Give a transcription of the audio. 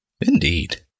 Indeed